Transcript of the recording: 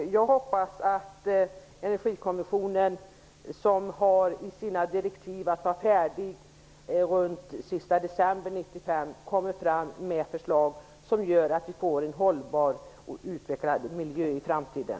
Jag hoppas att Energikommissionen, som skall vara färdig kring den sista december 1995, kommer fram med förslag som gör att vi får en hållbar utveckling av miljön i framtiden.